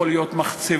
יכול להיות מחצבה,